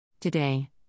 Today